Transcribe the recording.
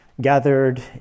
gathered